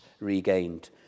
regained